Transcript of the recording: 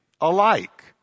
alike